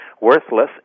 worthless